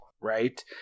right